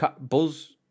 Buzz